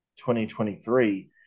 2023